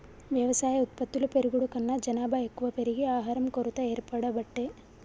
వ్యవసాయ ఉత్పత్తులు పెరుగుడు కన్నా జనాభా ఎక్కువ పెరిగి ఆహారం కొరత ఏర్పడబట్టే